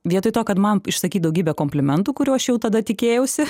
vietoj to kad man išsakyt daugybę komplimentų kurių aš jau tada tikėjausi